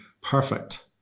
Perfect